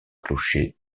clocher